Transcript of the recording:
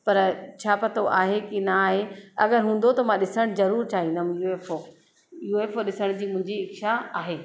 पर छा पतो आहे की न आहे अगरि हूंदो त मां ॾिसणु ज़रूरु चाहिंदमि U F O U F O ॾिसण जी मुंहिंजी इछा आहे